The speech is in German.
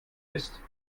ist